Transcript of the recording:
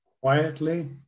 quietly